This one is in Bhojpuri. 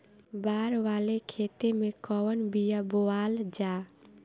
बाड़ वाले खेते मे कवन बिया बोआल जा?